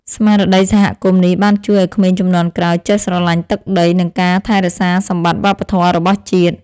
ស្មារតីសហគមន៍នេះ បានជួយឱ្យក្មេងជំនាន់ក្រោយចេះស្រឡាញ់ទឹកដី និងការថែរក្សាសម្បត្តិវប្បធម៌របស់ជាតិ។